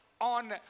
on